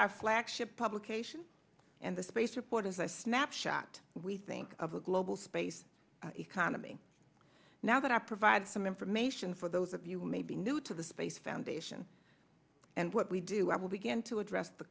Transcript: our flagship publication and the space report is a snapshot we think of a global space economy now that i provide some information for those of you may be new to the space foundation and what we do i will begin to address the